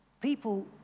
people